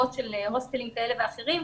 הוסטלים כאלה ואחרים,